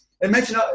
Imagine